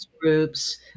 groups